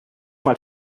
mal